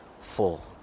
full